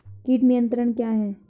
कीट नियंत्रण क्या है?